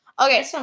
Okay